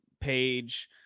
page